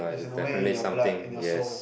it's in a way in your blood in your soul